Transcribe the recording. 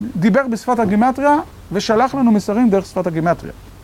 דיבר בשפת הגימטריה ושלח לנו מסרים דרך שפת הגימטריה.